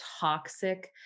toxic